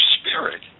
spirit